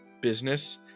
business